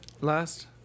last